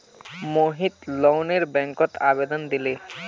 मोहित लोनेर बैंकत आवेदन दिले